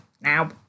now